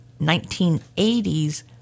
1980's